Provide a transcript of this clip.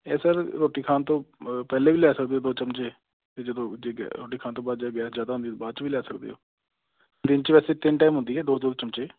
ਇਹ ਸਰ ਰੋਟੀ ਖਾਣ ਤੋਂ ਅ ਪਹਿਲੇ ਵੀ ਲੈ ਸਕਦੇ ਹੋ ਦੋ ਚਮਚੇ ਅਤੇ ਜਦੋਂ ਜੇ ਗੈ ਰੋਟੀ ਖਾਣ ਤੋਂ ਬਾਅਦ ਜਦੋਂ ਗੈਸ ਜ਼ਿਆਦਾ ਹੁੰਦੀ ਆ ਤਾਂ ਬਾਅਦ ਚੋਂ ਵੀ ਲੈ ਸਕਦੇ ਹੋ ਦਿਨ 'ਚ ਵੈਸੇ ਤਿੰਨ ਟਾਈਮ ਹੁੰਦੀ ਹੈ ਦੋ ਦੋ ਚਮਚੇ